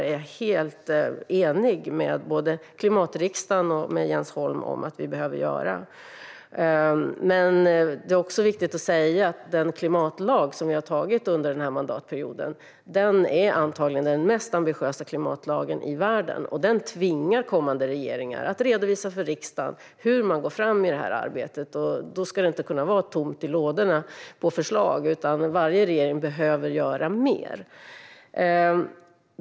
Jag är helt enig med både klimatriksdagen och Jens Holm om att vi behöver göra det. Det är också viktigt att säga att den klimatlag som vi har antagit den här mandatperioden antagligen är den mest ambitiösa klimatlagen i världen. Den tvingar kommande regeringar att redovisa för riksdagen hur man går fram i det här arbetet. Det ska inte kunna vara tomt på förslag i lådorna, utan varje regering behöver göra mer.